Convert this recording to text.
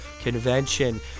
convention